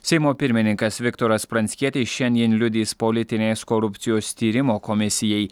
seimo pirmininkas viktoras pranckietis šiandien liudys politinės korupcijos tyrimo komisijai